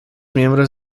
miembros